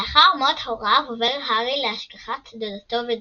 לאחר מות הוריו עובר הארי להשגחת דודתו ודודו,